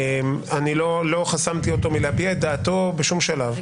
לא חסמתי אותו מלהביע את דעתו בשום שלב.